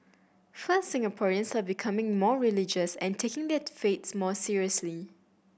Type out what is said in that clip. first Singaporeans are becoming more religious and taking their faiths more seriously